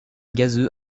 gazeux